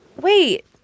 Wait